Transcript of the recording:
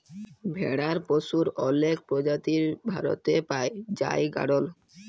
ভেড়ার পশুর অলেক প্রজাতি ভারতে পাই জাই গাড়ল